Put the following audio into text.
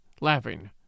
laughing